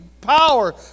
power